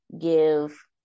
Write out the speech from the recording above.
give